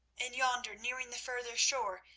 and yonder, nearing the further shore,